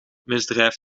misdrijf